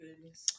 goodness